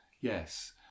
yes